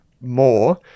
more